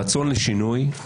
רצון לשינוי,